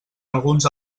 alguns